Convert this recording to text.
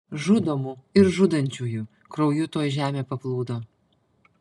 žudomų ir žudančiųjų krauju tuoj žemė paplūdo